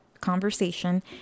conversation